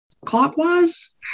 clockwise